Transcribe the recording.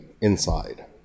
inside